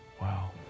Wow